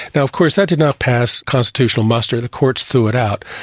and of course that did not pass constitutional muster, the courts threw it out.